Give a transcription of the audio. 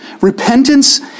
Repentance